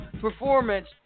performance